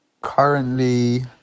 Currently